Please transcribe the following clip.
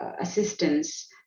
assistance